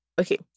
Okay